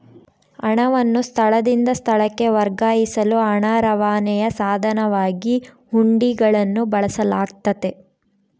ಹಣವನ್ನು ಸ್ಥಳದಿಂದ ಸ್ಥಳಕ್ಕೆ ವರ್ಗಾಯಿಸಲು ಹಣ ರವಾನೆಯ ಸಾಧನವಾಗಿ ಹುಂಡಿಗಳನ್ನು ಬಳಸಲಾಗ್ತತೆ